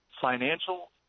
financial